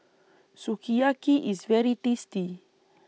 Sukiyaki IS very tasty